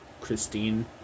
Christine